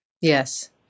yes